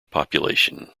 population